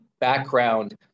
background